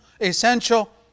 essential